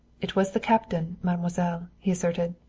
it was the captain, mademoiselle, he asserted.